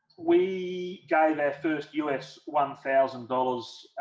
we go there first u s. one thousand dollars